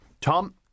Tom